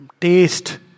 taste